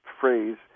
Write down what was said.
phrase